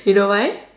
you know why